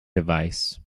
device